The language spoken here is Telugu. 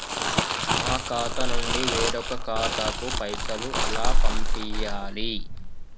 మా ఖాతా నుండి వేరొక ఖాతాకు పైసలు ఎలా పంపియ్యాలి?